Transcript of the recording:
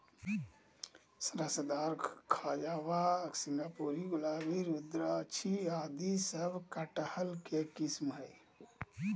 रसदार, खजवा, सिंगापुरी, गुलाबी, रुद्राक्षी आदि सब कटहल के किस्म हय